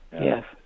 Yes